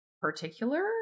particular